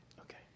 Okay